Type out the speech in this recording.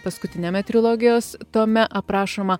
paskutiniame trilogijos tome aprašoma